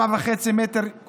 4.5 מטרים,